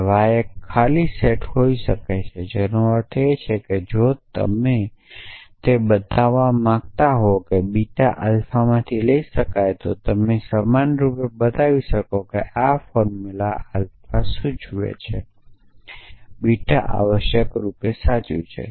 હવે આ એક ખાલી સેટ હોઈ શકે છે જેનો અર્થ એ છે કે જો તમે તે બતાવવા માંગતા હો કે બીટા આલ્ફામાંથી લઈ શકાય છે તો તમે સમાનરૂપે બતાવી શકો છો કે આ ફોર્મુલા આલ્ફા સૂચવે છે બીટા આવશ્યકરૂપે સાચું છે